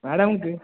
madam